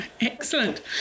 Excellent